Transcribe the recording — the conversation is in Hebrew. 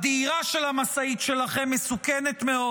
הדהירה של המשאית שלכם מסוכנת מאוד.